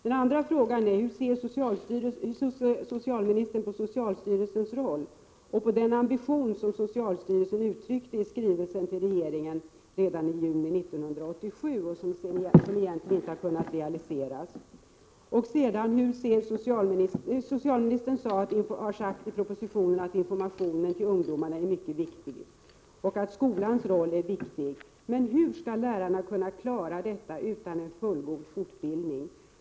En annan fråga är hur socialministern ser på socialstyrelsens roll och på den ambition som socialstyrelsen uttryckte i skrivelsen till regeringen redan i juni 1987 och som sedan inte har kunnat realiseras. Socialministern har sagt i propositionen att informationen till ungdomarna är mycket viktig och att skolans roll är viktig. Men hur skall lärarna kunna klara detta utan en fullgod fortbildning.